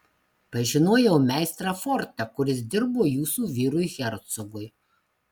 pažinojau meistrą fortą kuris dirbo jūsų vyrui hercogui